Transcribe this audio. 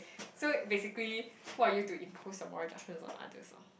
so basically who are you to impose your moral judgements on others loh